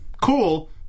cool